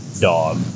dog